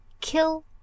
kill